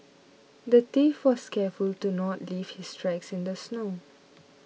the thief was careful to not leave his tracks in the snow